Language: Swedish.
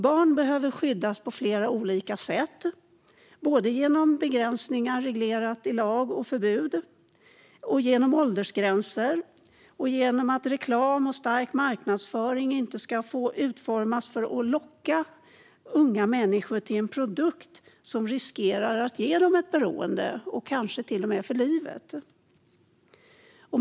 Barn behöver skyddas på flera olika sätt genom begränsningar reglerade i lag - genom förbud, genom åldersgränser och genom att reklam och stark marknadsföring inte ska få utformas för att locka unga människor till en produkt som riskerar att ge dem ett beroende, kanske för livet.